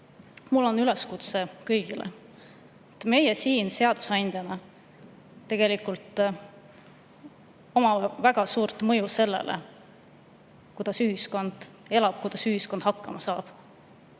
mul on üleskutse kõigile. Meil siin seadusandjatena on tegelikult väga suur mõju sellele, kuidas ühiskond elab, kuidas ühiskond hakkama saab.